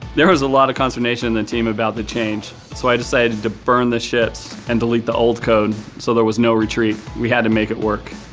there was a lot of concernation in the team about the change, so i decided to burn the ships and delete the old code so there was no retreat. we had to make it work.